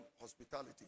hospitality